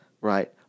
right